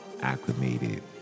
acclimated